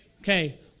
Okay